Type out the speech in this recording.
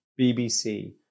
BBC